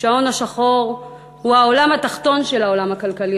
שההון השחור הוא העולם התחתון של העולם הכלכלי,